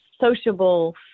sociable